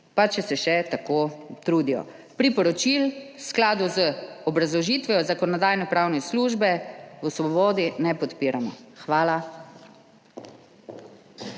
pa če se še tako trudijo. Priporočil v skladu z obrazložitvijo Zakonodajno-pravne službe v svobodi ne podpiramo. Hvala.